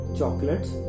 chocolates